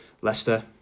Leicester